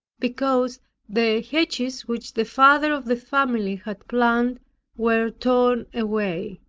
because the hedges which the father of the family had planted were torn away.